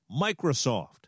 Microsoft